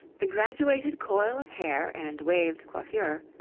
the graduated coil of hair and waved coiffure,